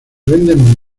venden